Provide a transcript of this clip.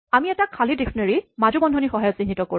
আমি এটা খালী ডিস্কনেৰীঅভিধান মাজু বন্ধনীৰ সহায়ত চিহ্নিত কৰোঁ